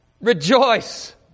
Rejoice